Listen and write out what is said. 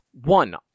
one